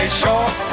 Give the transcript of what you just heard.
short